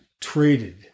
traded